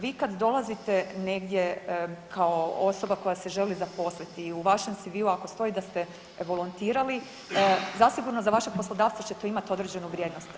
Vi kad dolazite negdje kao osoba koja se želi zaposliti i u vašem CV-u ako stoji da ste volontirali zasigurno za vaše poslodavce će to imati određenu vrijednost.